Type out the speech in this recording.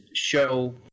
Show